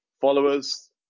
followers